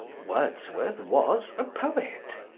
wordsworth was a poet.